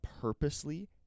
purposely